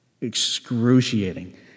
excruciating